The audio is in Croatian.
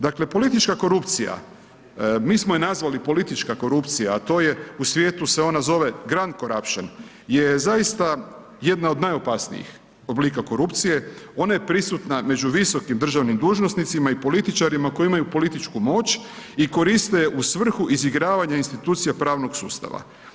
Dakle politička korupcija, mi smo je nazvali politička korupcija a to je u svijetu se ona zove grand corruption je zaista jedna od najopasnijih oblika korupcije, ona je prisutna među visokim državnim dužnosnicima i političarima koji imaju političku moć i koriste u svrhu izigravanja institucija pravnog sustava.